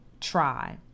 try